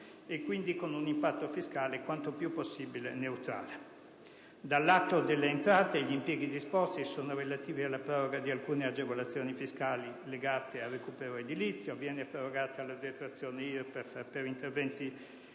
e quindi con un impatto fiscale quanto più possibile neutrale. Dal lato delle entrate, gli impieghi disposti sono relativi alla proroga di alcune agevolazioni fiscali legate al recupero edilizio. Viene prorogata la detrazione IRPEF per interventi